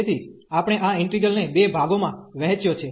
તેથી આપણે આ ઇન્ટિગ્રલ ને બે ભાગોમાં વહેંચ્યો છે